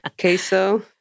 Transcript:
queso